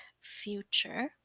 future